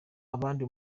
abandi